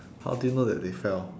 how do you know that they fell